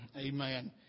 Amen